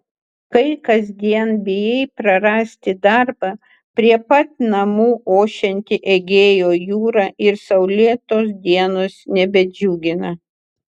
kai kasdien bijai prarasti darbą prie pat namų ošianti egėjo jūra ir saulėtos dienos nebedžiugina